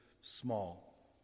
small